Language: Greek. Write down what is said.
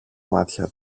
μάτια